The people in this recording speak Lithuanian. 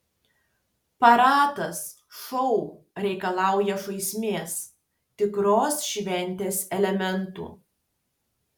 paradas šou reikalauja žaismės tikros šventės elementų